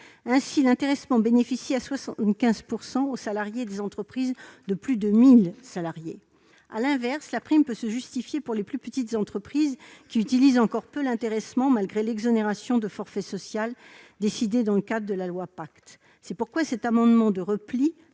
Ainsi, l'intéressement bénéficie à hauteur de 75 % aux employés des entreprises de plus de 1 000 salariés. À l'inverse, la prime peut se justifier pour les plus petites entreprises, qui utilisent encore peu l'intéressement, malgré l'exonération de forfait social décidée dans le cadre de la loi Pacte. Cet amendement de repli